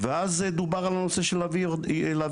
ואז דובר על הנושא של להביא ירדנים.